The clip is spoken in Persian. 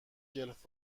جلف